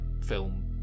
film